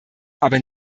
aber